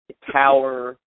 Power